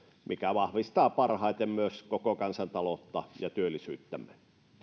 mikä vahvistaa parhaiten myös koko kansantaloutta ja työllisyyttämme